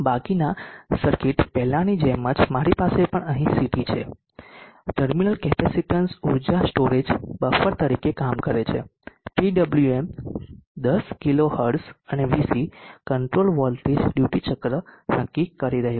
બાકીના સર્કિટ પહેલાની જેમ જ મારી પાસે પણ અહીં CT છે ટર્મિનલ કેપેસિટેન્સ ઉર્જા સ્ટોરેજ બફર તરીકે કામ કરે છે PWM 10 કિલો હર્ટ્ઝ અને VC કંટ્રોલ વોલ્ટેજ ડ્યુટી ચક્ર નક્કી કરી રહ્યું છે